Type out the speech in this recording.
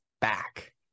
back